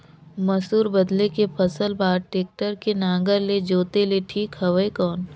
मसूर बदले के फसल बार टेक्टर के नागर ले जोते ले ठीक हवय कौन?